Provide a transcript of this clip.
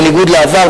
בניגוד לעבר,